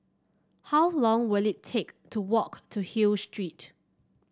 how long will it take to walk to Hill Street